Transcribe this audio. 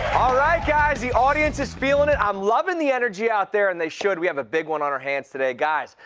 all right. guys, the audience is feeling it i'm loving the energy out there and they should. we have a big one on our hands today. guys,